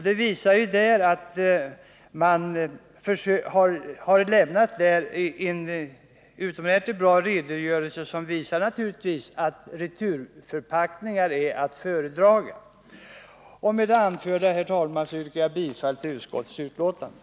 Den utredningen gör i sin utomordentliga redovisning klart att returförpackningarna är att föredra framför engångsförpackningarna. Med det anförda, herr talman, yrkar jag bifall till utskottets hemställan.